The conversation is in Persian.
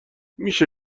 میشه